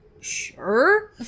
sure